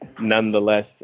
nonetheless